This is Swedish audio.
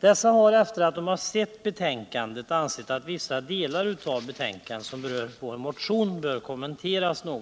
Dessa har efter att ha läst betänkandet ansett att vissa delar av det - de som berör vår motion — bör något kommenteras. I